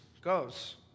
goes